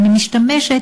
אני משתמשת